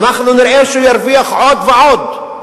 ואנחנו נראה שהוא ירוויח עוד ועוד.